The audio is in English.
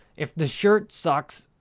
if the shirt sucks,